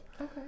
Okay